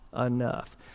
enough